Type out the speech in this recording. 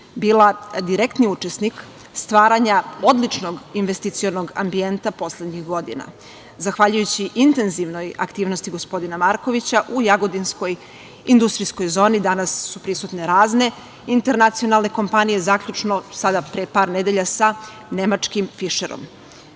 bila direktni učesnik stvaranja odličnog investicionog ambijenta poslednjih godina. Zahvaljujući intenzivnoj aktivnosti gospodina Markovića, u jagodinskoj industrijskoj zoni su danas prisutne razne internacionalne kompanije zaključno sa, od pre par nedelja, nemačkim „Fišerom“.Ove